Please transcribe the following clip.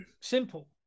Simple